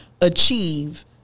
achieve